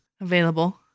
available